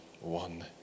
one